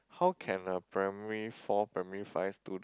how can a primary four primary five student